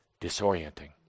disorienting